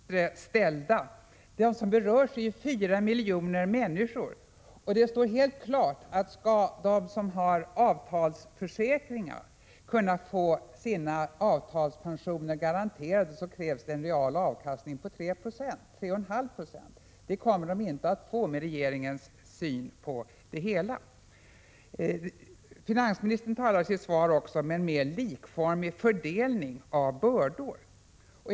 Herr talman! Finansministern talar om de bättre ställda. De som berörs är ju 4 miljoner människor. Och det står helt klart att skall de som har avtalsförsäkringar kunna få sina avtalspensioner garanterade, så krävs det en real avkastning på 3,5 20. Det kommer de inte att få med regeringens syn på det hela. Finansministern talar i sitt svar också om en mer likformig fördelning av bördor.